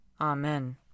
Amen